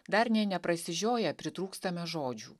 dar nė neprasižioję pritrūkstame žodžių